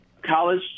College